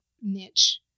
niche